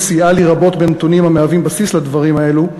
שסייעה לי רבות בנתונים המהווים בסיס לדברים האלה,